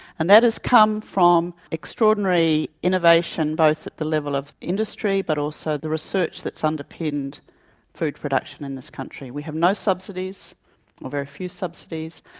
and that has come from extraordinary innovation, both at the level of industry but also the research that has so underpinned food production in this country. we have no subsidies or very few subsidies,